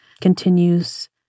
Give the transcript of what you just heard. continues